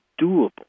doable